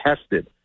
tested